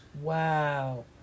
Wow